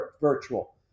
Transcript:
virtual